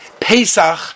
Pesach